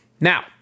Now